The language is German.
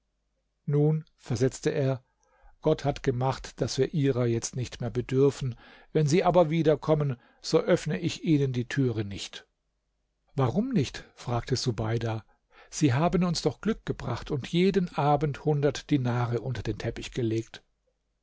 nun versetzte er gott hat gemacht daß wir ihrer jetzt nicht mehr bedürfen wenn sie aber wiederkommen so öffne ich ihnen die türe nicht warum nicht fragte subeida sie haben uns doch glück gebracht und jeden abend hundert dinare unter den teppich gelegt